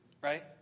Right